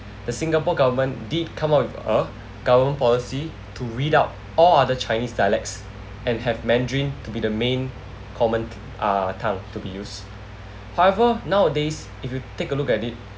the singapore government did come up with a government policy to read out all other chinese dialects and have mandarin to be the main common uh tongue to be use however nowadays if you take a look at it